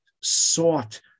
sought